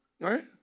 Right